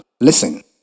Listen